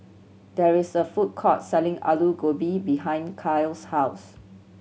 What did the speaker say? there is a food court selling Alu Gobi behind Kyle's house